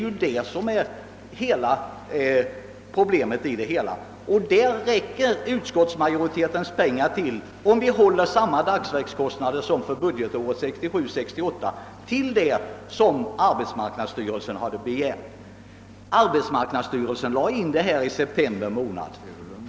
Till detta räcker det belopp som utskottsmajoriteten föreslår, om vi räknar med samma dagsverkskostnader för de beredskapsarbeten som arbetsmarknadsstyrelsen nu har begärt som anvisades för budgetåret 1967/68. Arbetsmarknadsstyrelsens hemställan kom i september månad.